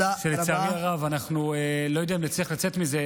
ולצערי הרב, אני לא יודע אם נצליח לצאת מזה,